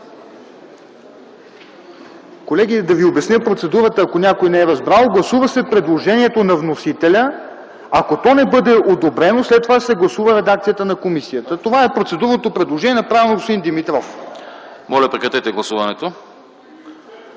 Колеги, да ви обясня процедурата, ако някой не е разбрал. Гласува се предложението на вносителя, ако то не бъде одобрено, след това се гласува редакцията на комисията. Това е процедурното предложение, направено от господин Димитров.